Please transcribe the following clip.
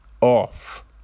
off